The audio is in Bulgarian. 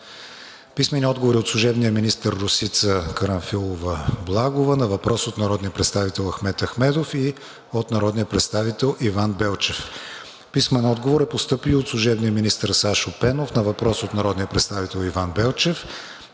Димитров; – служебния министър Росица Карамфилова-Благова на въпрос от народния представител Ахмед Ахмедов; от народния представител Иван Белчев; – служебния министър Сашо Пенов на въпрос от народния представител Иван Белчев;